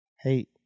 Hey